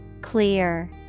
Clear